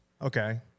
Okay